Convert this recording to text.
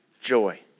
joy